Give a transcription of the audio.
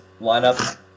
lineup